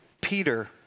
Peter